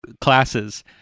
classes